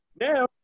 Now